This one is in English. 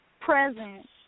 present